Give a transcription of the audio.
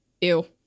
ew